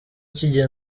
cy’igihe